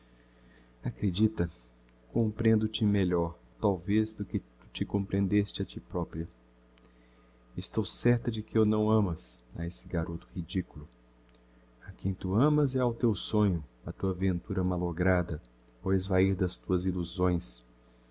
acredita comprehendo te melhor talvez do que te comprehendes a ti propria estou certa de que o não amas a esse garoto ridiculo a quem tu amas é ao teu sonho á tua ventura mallograda ao esvair das tuas illusões